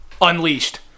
Unleashed